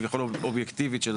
כביכול אובייקטיבית.